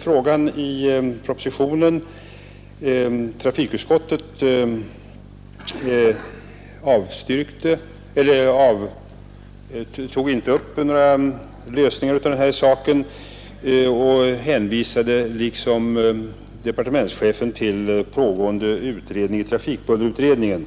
frågan berördes i propositionen. Trafikutskottet diskuterade inte några lösningar i det här avseendet utan hänvisade till den pågående trafikbullerutredningen.